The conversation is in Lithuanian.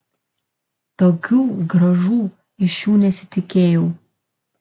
tokių grąžų iš jų nesitikėjau